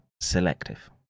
selective